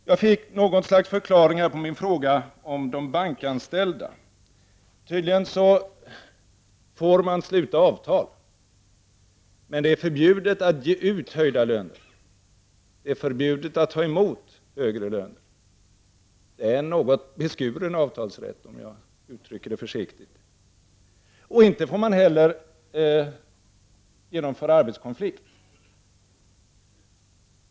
På min fråga om de bankanställda fick jag här något slags förklaring. Tydligen får man sluta avtal, men det är förbjudet att ge höjda löner, och det är förbjudet att ta emot högre löner. Det är en något beskuren avtalsrätt, om jag uttrycker det försiktigt. Man får inte heller genomföra en arbetskonflikt.